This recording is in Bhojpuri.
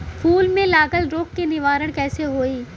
फूल में लागल रोग के निवारण कैसे होयी?